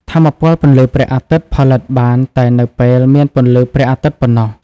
ថាមពលពន្លឺព្រះអាទិត្យផលិតបានតែនៅពេលមានពន្លឺព្រះអាទិត្យប៉ុណ្ណោះ។